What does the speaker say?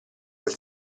quel